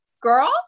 girl